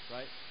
Right